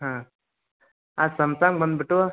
ಹಾಂ ಆ ಸಂಸಂಗ್ ಬಂದ್ಬಿಟ್ಟು